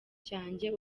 cyanjye